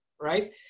right